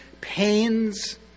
pains